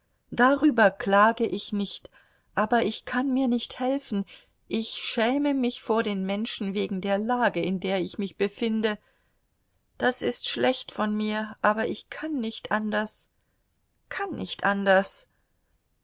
darüber klage ich nicht aber ich kann mir nicht helfen ich schäme mich vor den menschen wegen der lage in der ich mich befinde das ist schlecht von mir aber ich kann nicht anders kann nicht anders